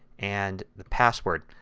and the password.